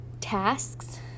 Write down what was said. Tasks